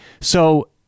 So-